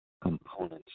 components